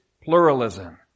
pluralism